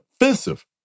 offensive